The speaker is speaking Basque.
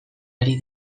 ari